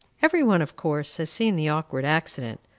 every one, of course, has seen the awkward accident.